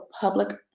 public